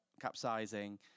capsizing